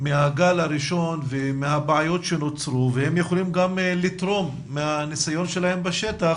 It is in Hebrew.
מהגל הראשון ומהבעיות שנוצרו והם יכולים לתרום מהניסיון שלהם בשטח